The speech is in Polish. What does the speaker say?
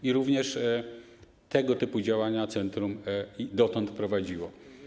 I również tego typu działania centrum dotąd prowadziło.